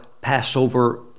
Passover